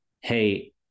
Hey